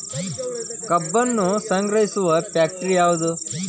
ಕಬ್ಬನ್ನು ಸಂಗ್ರಹಿಸುವ ಫ್ಯಾಕ್ಟರಿ ಯಾವದು?